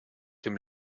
dem